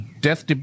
death